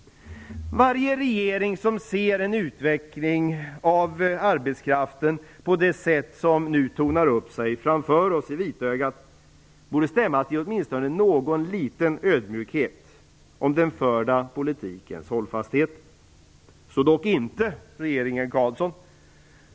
Varje regering som ser en sådan utveckling av arbetsmarknaden som den som nu tornar upp sig framför oss i vitögat borde stämmas till åtminstone någon liten ödmjuk eftertanke om den förda politikens hållfasthet, så dock inte regeringen Carlsson.